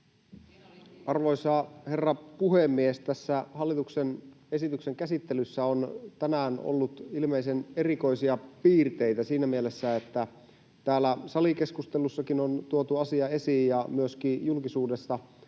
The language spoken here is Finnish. Arvoisa herra puhemies! Tässä hallituksen esityksen käsittelyssä on tänään ollut ilmeisen erikoisia piirteitä siinä mielessä, että täällä salikeskustelussakin on tuotu asia esiin ja myöskin julkisuudesta